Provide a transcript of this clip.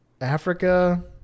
Africa